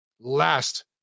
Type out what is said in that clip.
last